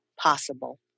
possible